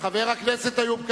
חבר הכנסת איוב קרא.